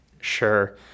Sure